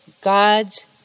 God's